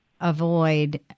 avoid